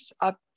up